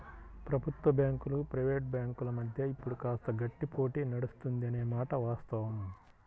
ప్రభుత్వ బ్యాంకులు ప్రైవేట్ బ్యాంకుల మధ్య ఇప్పుడు కాస్త గట్టి పోటీ నడుస్తుంది అనే మాట వాస్తవం